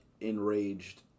enraged